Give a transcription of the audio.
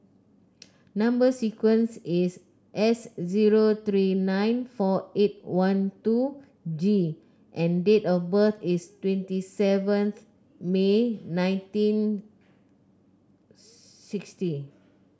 number sequence is S zero three nine four eight one two G and date of birth is twenty seventh May nineteen sixty